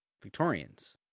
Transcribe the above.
Victorians